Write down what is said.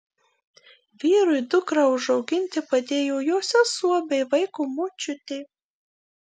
vyrui dukrą užauginti padėjo jo sesuo bei vaiko močiutė